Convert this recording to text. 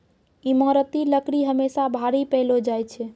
ईमारती लकड़ी हमेसा भारी पैलो जा छै